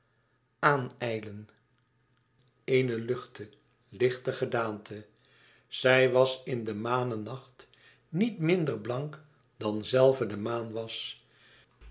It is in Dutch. àan ijlen eene luchte lichte gedaante zij was in de manenacht niet minder blank dan zelve de maan was